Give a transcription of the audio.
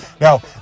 Now